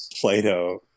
Plato